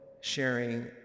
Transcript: sharing